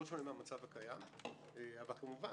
כמובן,